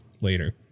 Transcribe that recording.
later